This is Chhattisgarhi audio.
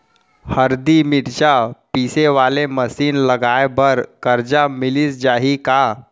हरदी, मिरचा पीसे वाले मशीन लगाए बर करजा मिलिस जाही का?